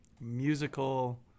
musical